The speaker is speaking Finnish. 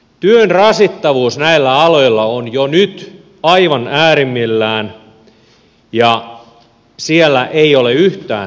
työn rasittavuus näillä aloilla on jo nyt aivan äärimmillään ja siellä ei ole yhtään löysää paikkaa